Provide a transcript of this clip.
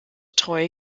treu